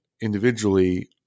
individually